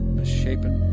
misshapen